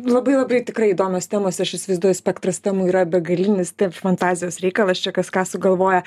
labai labai tikrai įdomios temos aš įsivaizduoju spektras temų yra begalinis taip fantazijos reikalas čia kas ką sugalvoja